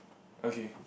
okay